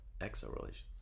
Exo-relations